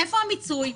איפה המיצוי?